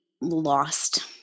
lost